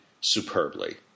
superbly